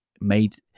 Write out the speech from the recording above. made